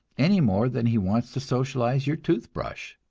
any more than he wants to socialize your toothbrush.